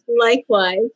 likewise